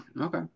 okay